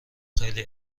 خیلی